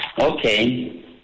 Okay